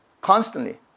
constantly